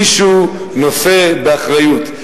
מישהו נושא באחריות.